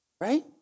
Right